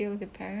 money